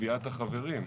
בקביעת החברים.